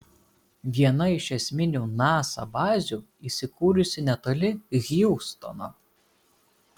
viena iš esminių nasa bazių įsikūrusi netoli hjustono